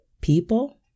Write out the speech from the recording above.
people